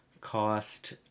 cost